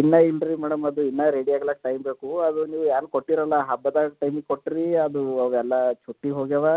ಇಲ್ಲ ಇಲ್ರಿ ಮೇಡಮ್ ಅದು ಇನ್ನ ರೆಡಿ ಆಗ್ಲಿಕ್ಕೆ ಟೈಮ್ ಬೇಕು ಅದು ನೀವು ಯಾರ್ನ ಕೊಟ್ಟಿರಲ್ಲ ಹಬ್ಬದಾಗ ಟೈಮ್ ಕೊಟ್ರಿ ಅದು ಅವೆಲ್ಲ ಚುಟ್ಟಿ ಹೋಗ್ಯಾವ